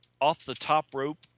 off-the-top-rope